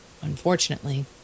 Unfortunately